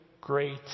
great